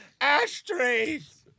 Ashtrays